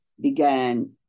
began